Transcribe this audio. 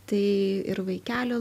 tai ir vaikelio